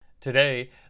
today